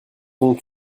ont